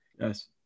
Yes